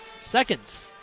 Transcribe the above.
seconds